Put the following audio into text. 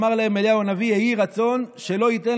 אמר להם אליהו הנביא: יהי רצון שלא ייתן